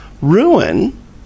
Ruin